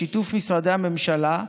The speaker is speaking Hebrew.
בשיתוף משרדי הממשלה,